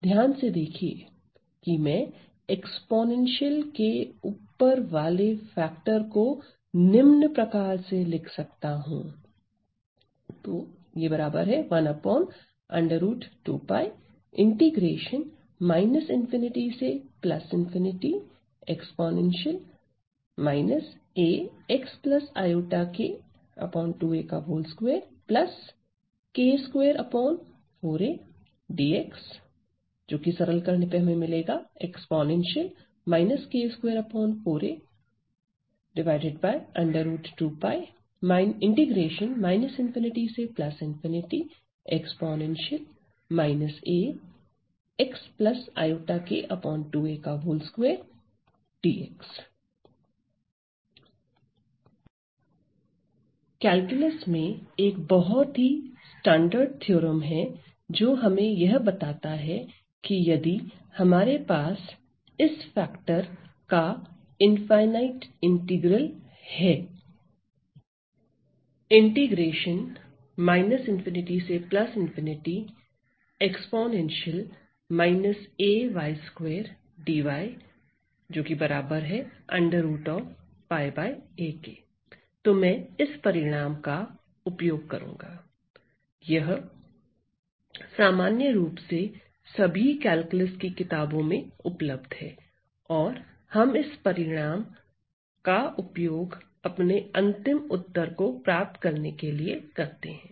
ध्यान से देखिए कि मैं एक्स्पोनेंशियल के ऊपर वाले फैक्टर को निम्न प्रकार से लिख सकता हूं कैलकुलस में एक बहुत ही स्टैन्डर्ड थ्योरम है जो हमें यह बताता है कि यदि हमारे पास इस फैक्टर का इनफाईनाईट इंटीग्रल है तो मैं इस परिणाम का उपयोग करूंगा यह सामान्य रूप से सभी कैलकुलस की किताबों में उपलब्ध है और हम इस परिणाम का उपयोग अपने अंतिम उत्तर को प्राप्त करने के लिए करते हैं